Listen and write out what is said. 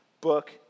book